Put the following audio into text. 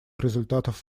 результатов